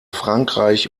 frankreich